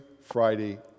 Friday